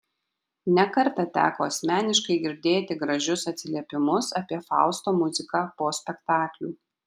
ne kartą teko asmeniškai girdėti gražius atsiliepimus apie fausto muziką po spektaklių